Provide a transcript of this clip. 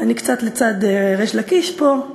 אני קצת לצד ריש לקיש פה,